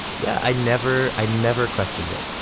yeah. i never i never questioned it.